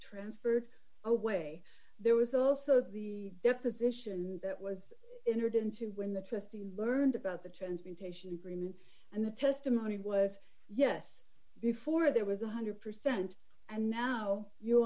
transferred away there was also the deposition that was entered into when the st he learned about the transmutation agreement and the testimony was yes before there was one hundred percent and now you